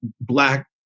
Black